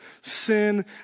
Sin